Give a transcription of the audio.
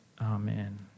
amen